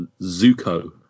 Zuko